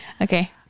Okay